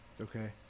Okay